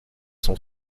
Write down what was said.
sont